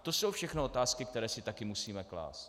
To jsou všechno otázky, které si také musíme klást.